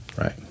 right